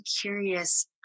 curious